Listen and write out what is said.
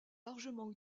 largement